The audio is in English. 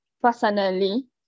personally